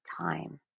time